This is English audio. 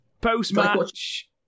Post-match